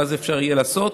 ואז אפשר יהיה לעשות,